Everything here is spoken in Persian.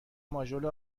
ماژول